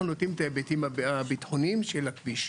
אנחנו נותנים את ההיבטים הביטחוניים של הכביש,